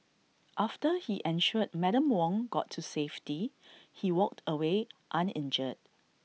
after he ensured Madam Wong got to safety he walked away uninjured